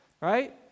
right